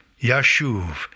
Yashuv